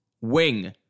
wing